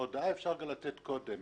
הודעה אפשר גם לתת קודם.